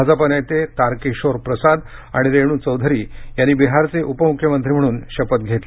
भाजपा नेते तारकिशोर प्रसाद आणि रेणु चौधरी यांनी बिहारचे उप मुख्यमंत्री म्हणून शपथ घेतली